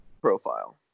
profile